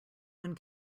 one